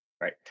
right